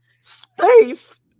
Space